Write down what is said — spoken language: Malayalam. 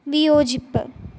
വിയോജിപ്പ്